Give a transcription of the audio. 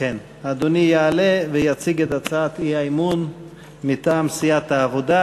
אדוני יעלה ויציג את הצעת האי-אמון מטעם סיעת העבודה.